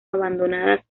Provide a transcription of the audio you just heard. abandonadas